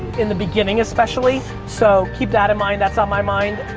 in the beginning especially. so keep that in mind. that's on my mind.